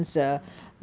ya